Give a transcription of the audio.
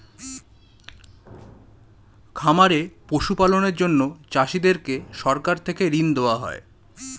খামারে পশু পালনের জন্য চাষীদেরকে সরকার থেকে ঋণ দেওয়া হয়